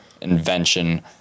invention